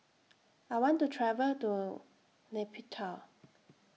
I want to travel to Nay Pyi Taw